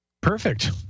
Perfect